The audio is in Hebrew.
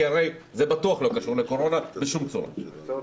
כי הרי זה בטוח לא קשור לקורונה בשום צורה.